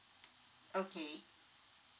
okay